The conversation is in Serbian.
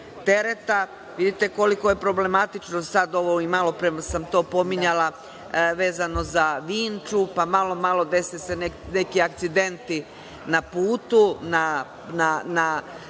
tereta. Vidite koliko je problematično sada ovo, a i malopre sam to pominjala, vezano za Vinču. Malo, malo i dese se neki akcidenti na puta, na